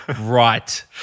right